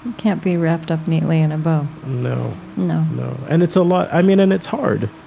and can't be wrapped up neatly in a bow no no no. and it's a lot i mean, and it's hard,